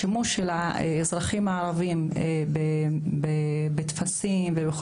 השימוש של האזרחים הערביים בטפסים ובכול